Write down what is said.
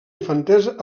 infantesa